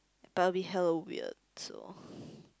but it will hell of weird so